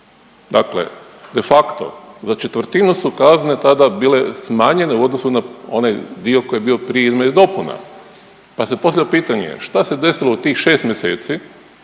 Dakle, de facto za četvrtinu su kazne tada bile smanjenje u odnosu na onaj dio koji je bio prije izmjena i dopuna pa se postavlja pitanje, šta se desilo u tih 6 mjeseci